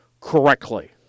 correctly